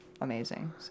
amazing